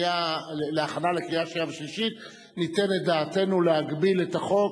שבהכנה לקריאה שנייה ושלישית ניתן את דעתנו להגבלת החוק.